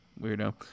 Weirdo